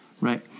right